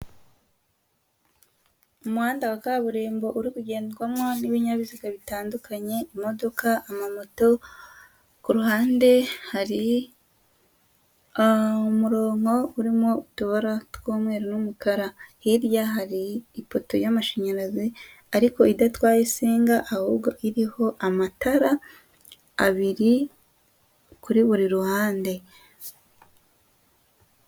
Umuhanda wa kaburimbo uri kugendwamo n'ibinyabiziga bitandukanye, imodoka, amamoto ku ruhande hari umurongo urimo utubara tw'umweru n'umukara, hirya hari ipoto y'amashanyarazi ariko idatwaye insinga, ahubwo iriho amatara abiri kuri buri ruhande.